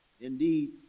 Indeed